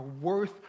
worth